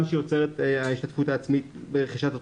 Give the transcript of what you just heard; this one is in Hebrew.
שיוצרת ההשתתפות העצמית ברכישת התרופות.